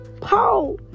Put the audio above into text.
Paul